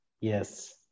Yes